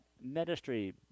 ministry